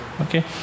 Okay